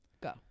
Go